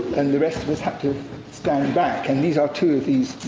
and the rest of us had to stand back. and these are two of these